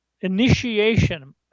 initiation